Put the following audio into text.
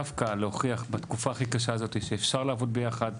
דווקא להוכיח בתקופה הכי קשה הזאת שאפשר לעבוד ביחד.